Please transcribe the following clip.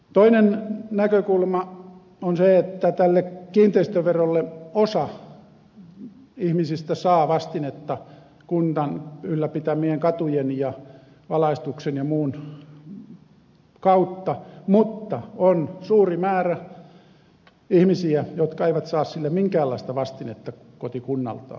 toinen näkökulma on se että tälle kiinteistöverolle osa ihmisistä saa vastinetta kunnan ylläpitämien katujen ja valaistuksen ja muun kautta mutta on suuri määrä ihmisiä jotka eivät saa sille minkäänlaista vastinetta kotikunnaltaan